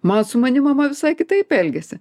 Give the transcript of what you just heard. man su manim mama visai kitaip elgėsi